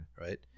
Right